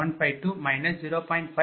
50